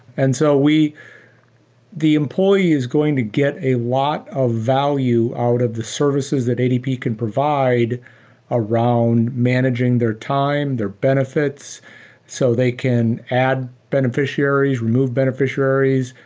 and so the employee is going to get a lot of value out of the services that adp can provide around managing their time, their benefits so they can add beneficiaries, remove beneficiaries,